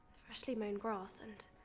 freshly mown grass and.